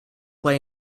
play